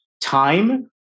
time